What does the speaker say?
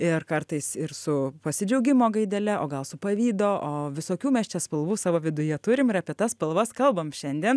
ir kartais ir su pasidžiaugimo gaidele o gal su pavydo o visokių mes čia spalvų savo viduje turim ir apie tas spalvas kalbam šiandien